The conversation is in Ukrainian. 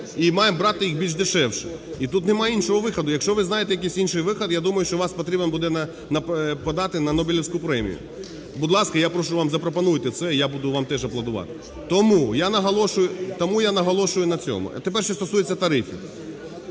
і маємо брати їх більш дешевше, і тут нема іншого виходу. Якщо ви знаєте якийсь інший вихід, я думаю, що вас потрібно буде подати на Нобелівську премію. Будь ласка, я прошу вас, запропонуйте це і я буду вам теж аплодувати тому я наголошую на цьому. А тепер, що стосується тарифів.